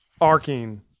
arcing